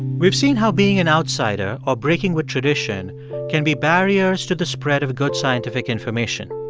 we've seen how being an outsider or breaking with tradition can be barriers to the spread of a good scientific information,